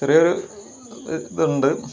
ചെറിയൊര് ഇത് ഉണ്ട്